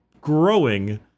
growing